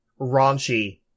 raunchy